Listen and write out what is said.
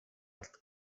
art